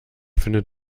findet